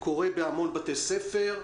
שקורה בהמון בתי ספר.